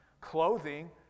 clothing